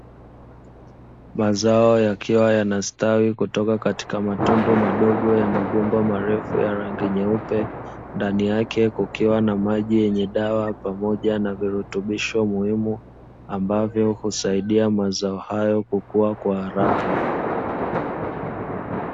Mazao yakiwa yanastawi kutoka katika matundu madogo ya mabomba marefu ya rangi nyeupe, ndani yake kukiwa na maji yenye dawa pamoja na virutubisho muhimu, ambavyo husaidia mazao hayo kukua kwa haraka.